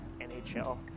NHL